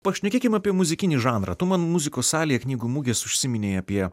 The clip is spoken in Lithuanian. pašnekėkim apie muzikinį žanrą tu man muzikos salėje knygų mugės užsiminei apie